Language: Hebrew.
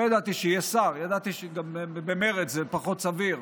לא ידעתי שיהיה שר, ידעתי שגם במרצ זה פחות סביר,